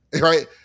right